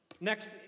next